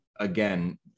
again